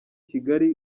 kigali